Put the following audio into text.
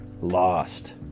lost